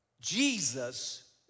Jesus